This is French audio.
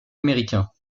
américain